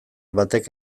batek